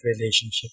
relationship